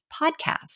podcast